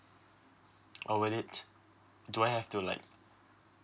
or will it do I have to like